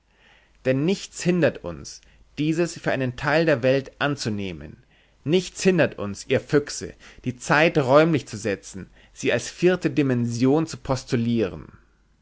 denn nichts hindert uns dieses für einen teil der welt anzunehmen nichts hindert uns ihr füchse die zeit räumlich zu setzen sie als vierte dimension zu postulieren